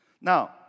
Now